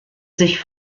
sich